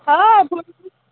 हांव